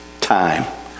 time